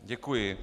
Děkuji.